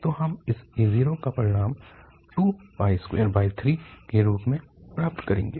तो हम इसa0 का परिणाम 223 के रूप में प्राप्त करेंगे